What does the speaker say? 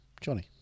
Johnny